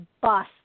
bus